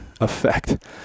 effect